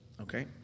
Okay